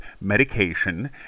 medication